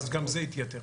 אז גם זה יתייתר.